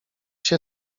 się